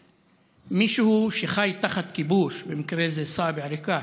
כשמישהו שחי תחת כיבוש, במקרה זה סאיב עריקאת,